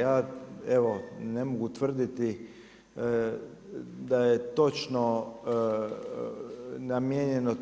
Ja evo ne mogu tvrditi da je točno namijenjeno